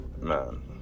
man